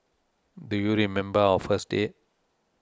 do you remember our first date